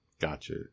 gotcha